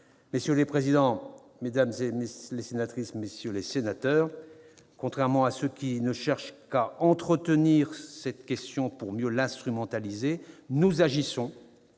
Messieurs les présidents de commission, mesdames les sénatrices, messieurs les sénateurs, contrairement à ceux qui ne cherchent qu'à entretenir cette question pour mieux l'instrumentaliser, nous agissons